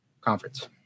conference